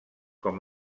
com